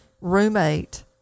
roommate